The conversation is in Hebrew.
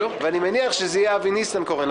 ואני מניח שזה יהיה אבי ניסנקורן.